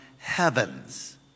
Heavens